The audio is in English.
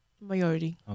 Majority